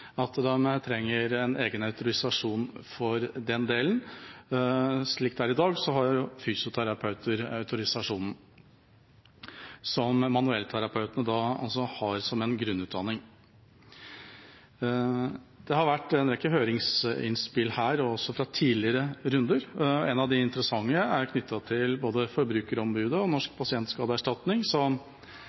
at de trenger en egen autorisasjon for den delen. Slik det er i dag, har fysioterapeuter autorisasjonen – og fysioterapi er manuellterapeutenes grunnutdanning. Det har vært en rekke høringsinnspill her, også fra tidligere runder. Ett av de interessante er knyttet til både Forbrukerombudet og Norsk pasientskadeerstatning, som i og for seg sier at manuellterapeutene driver en så